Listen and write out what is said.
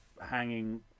hanging